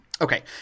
Okay